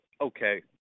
Okay